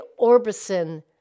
Orbison